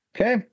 Okay